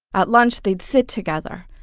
at lunch, they'd sit together.